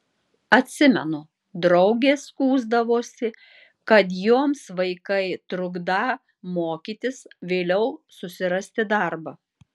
atsimenu draugės skųsdavosi kad joms vaikai trukdą mokytis vėliau susirasti darbą